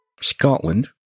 Scotland